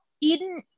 eden